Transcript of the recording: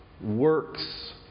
works